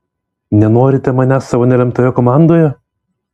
nenorite manęs savo nelemtoje komandoje